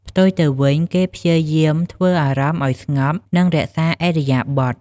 ផ្ទុយទៅវិញ គេព្យាយាមធ្វើអារម្មណ៍ឱ្យស្ងប់ និង រក្សាឥរិយាបថ។